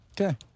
Okay